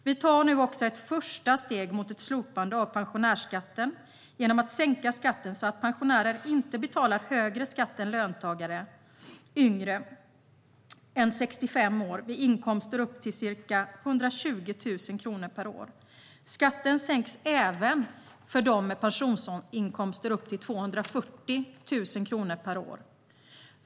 Vi tar nu också ett första steg mot ett slopande av pensionärsskatten genom att sänka skatten så att pensionärer inte betalar högre skatt än löntagare yngre än 65 år vid inkomster upp till ca 120 000 kronor per år. Skatten sänks även för dem med pensionsinkomster upp till 240 000 per år.